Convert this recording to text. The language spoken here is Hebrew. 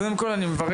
אני קודם כול מברך